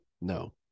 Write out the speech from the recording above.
no